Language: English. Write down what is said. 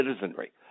citizenry